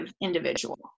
individual